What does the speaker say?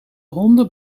honden